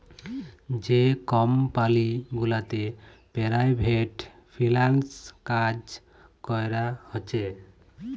যে কমপালি গুলাতে পেরাইভেট ফিল্যাল্স কাজ ক্যরা হছে